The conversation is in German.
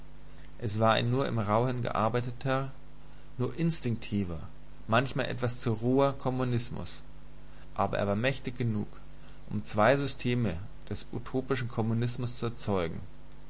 es war ein nur im rauhen gearbeiteter nur instinktiver manchmal etwas roher kommunismus aber er war mächtig genug um zwei systeme des utopischen kommunismus zu erzeugen